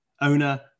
owner